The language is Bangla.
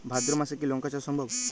ভাদ্র মাসে কি লঙ্কা চাষ সম্ভব?